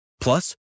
Plus